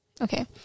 Okay